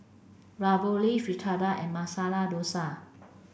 Ravioli Fritada and Masala Dosa